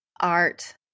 art